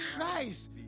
Christ